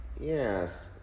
Yes